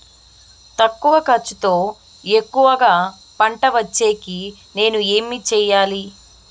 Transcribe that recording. తక్కువ ఖర్చుతో ఎక్కువగా పంట వచ్చేకి నేను ఏమి చేయాలి?